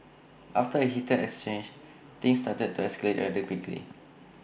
after A heated exchange things started to escalate rather quickly